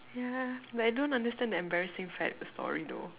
yeah but I don't understand the embarrassing fad story though